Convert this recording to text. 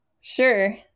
Sure